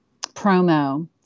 promo